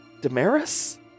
damaris